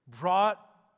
brought